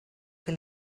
que